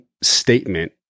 statement